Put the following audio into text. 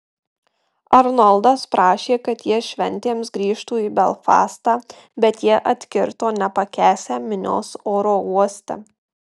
arnoldas prašė kad jie šventėms grįžtų į belfastą bet jie atkirto nepakęsią minios oro uoste